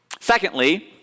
Secondly